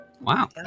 Wow